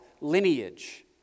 lineage